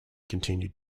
continued